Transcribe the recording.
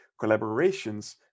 collaborations